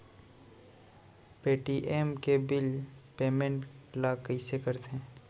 Paytm के bill payment ल कइसे करथे?